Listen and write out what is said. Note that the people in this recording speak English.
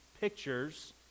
pictures